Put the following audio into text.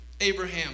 Abraham